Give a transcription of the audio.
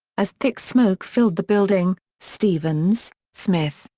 as thick smoke filled the building, stevens, smith,